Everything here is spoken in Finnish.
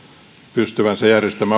pystyvänsä järjestämään